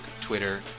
Twitter